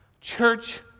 church